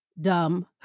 dumb